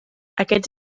aquests